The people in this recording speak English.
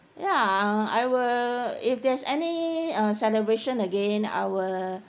ya uh I will if there's any uh celebration again I will